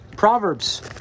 Proverbs